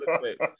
wait